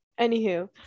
Anywho